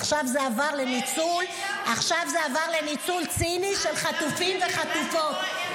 עכשיו זה עבר לניצול ציני של חטופים וחטופות.